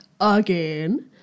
again